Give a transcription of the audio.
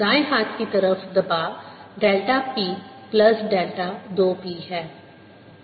दाएं हाथ की तरफ दबाव delta p plus delta 2 p है